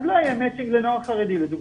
אז לא יהיה מצ'ינג לנוער חרדי לדוגמא.